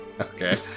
Okay